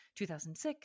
2006